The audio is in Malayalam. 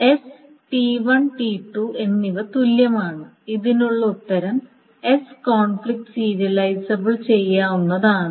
S T1 T 2 എന്നിവ തുല്യമാണ് ഇതിനുള്ള ഉത്തരം S കോൺഫ്ലിക്റ്റ് സീരിയലൈസബിൾ ചെയ്യാവുന്നതാണ്